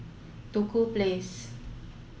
Duku Place